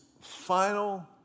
final